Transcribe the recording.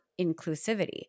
inclusivity